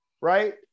right